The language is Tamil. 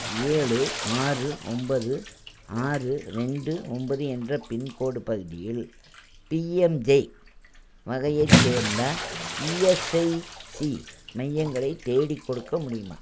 ஏழு ஆறு ஒன்பது ஆறு ரெண்டு ஒன்பது என்ற பின்கோடு பகுதியில் பிஎம்ஜெ வகையைச் சேர்ந்த இஎஸ்ஐசி மையங்களை தேடிக்கொடுக்க முடியுமா